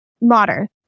modern